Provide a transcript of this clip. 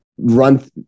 run